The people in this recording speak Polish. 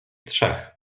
trzech